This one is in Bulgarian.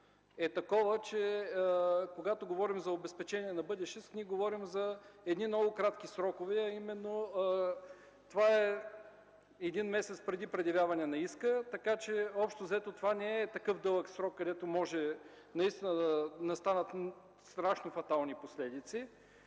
е такова, че когато говорим за „обезпечение на бъдещ иск”, говорим за едни много кратки срокове, а именно това е един месец преди предявяване на иска. Така че общо взето това не е такъв дълъг срок, където може наистина да настанат страшно фатални последици.